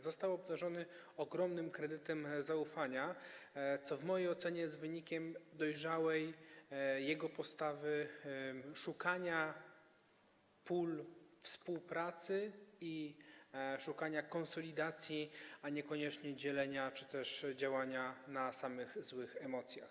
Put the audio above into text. Został obdarzony ogromnym kredytem zaufania, co w mojej ocenie jest wynikiem jego dojrzałej postawy szukania pól współpracy i szukania konsolidacji, niekoniecznie dzielenia czy też działania na samych złych emocjach.